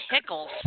pickles